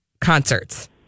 concerts